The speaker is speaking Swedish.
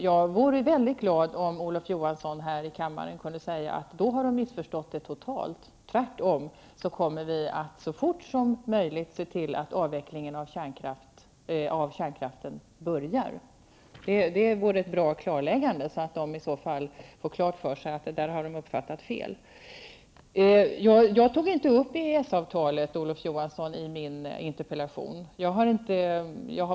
Jag vore väldigt glad om Olof Johansson här i kammaren kunde säga att då har de missförstått saken totalt, tvärtom kommer vi att så fort som möjligt se till att avvecklingen av kärnkraften börjar. Det vore ett bra klarläggande, så att de i så fall får klart för sig att de har uppfattat saken fel. Jag tog inte upp EES-avtalet i min interpellation, Olof Johansson.